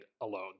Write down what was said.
alone